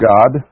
God